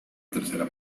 tercera